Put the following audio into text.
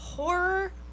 Horror